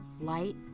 light